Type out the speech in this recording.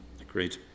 Agreed